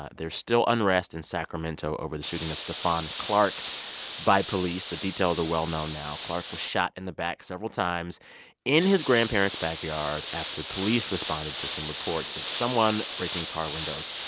ah there's still unrest in sacramento over the shooting of stephon clark by police. the details are well-known now. clark was shot in the back several times in his grandparent's backyard after police responded to some reports of someone breaking car windows.